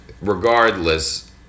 regardless